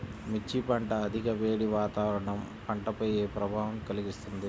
మిర్చి పంట అధిక వేడి వాతావరణం పంటపై ఏ ప్రభావం కలిగిస్తుంది?